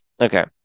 okay